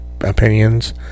opinions